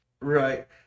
Right